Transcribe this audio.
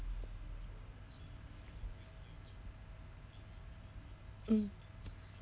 mm